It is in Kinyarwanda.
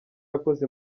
yakoze